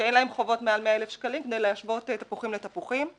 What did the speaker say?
שאין להם חובות מעל 100,000 שקלים כדי להשוות תפוחים לתפוחים.